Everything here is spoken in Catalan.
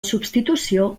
substitució